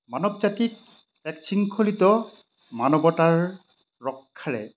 মানৱ জাতিক এক শৃংখলিত মানৱতাৰ ৰক্ষাৰে